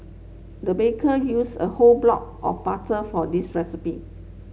the baker use a whole block of butter for this recipe